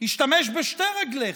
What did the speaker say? השתמש בשתי רגליך.